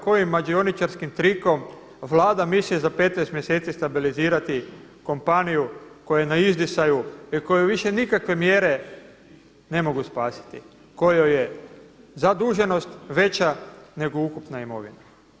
Kojim mađioničarskim trikom Vlada misli za 15 mjeseci stabilizirati kompaniju koja je na izdisaju i koju više nikakve mjere ne mogu spasiti, kojoj je zaduženost veća nego ukupna imovina.